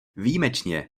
výjimečně